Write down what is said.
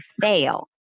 fail